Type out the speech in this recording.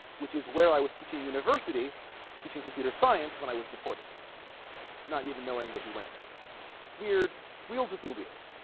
which is where i was teaching university teaching computer science when i was deported not even knowing that he went there weird wheels within wheels